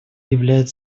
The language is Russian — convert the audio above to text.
являет